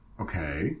okay